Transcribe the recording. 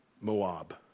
Moab